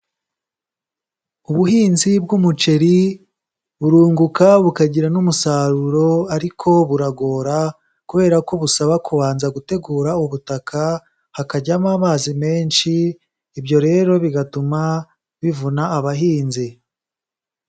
Ubuhinzi bw'umuceri burunguka bukagira n'umusaruro ariko buragora kubera ko busaba kubanza gutegura ubutaka, hakajyamo amazi menshi, ibyo rero bigatuma bivuna abahinzi.